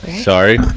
Sorry